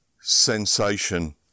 sensation